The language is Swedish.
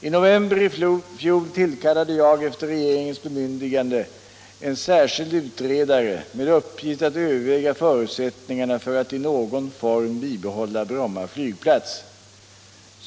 I november i fjol tillkallade jag efter regeringens bemyndigande en särskild utredare med uppgift att överväga förutsättningarna för att i någon form bibehålla Bromma flygplats.